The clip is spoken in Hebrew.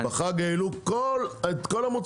בחג העלו את כל המוצרים.